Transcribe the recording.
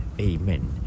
Amen